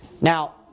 Now